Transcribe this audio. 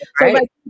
Right